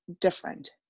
different